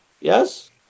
Yes